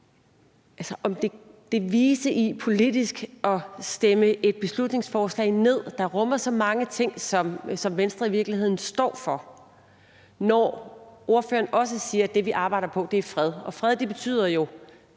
om det vise i politisk at stemme et beslutningsforslag ned, som rummer så mange ting, som Venstre i virkeligheden står for, når ordføreren også siger, at det, vi arbejder på, er fred. Fred betyder jo